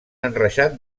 enreixat